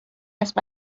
است